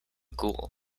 ghoul